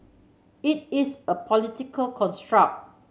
it is a political construct